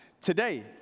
Today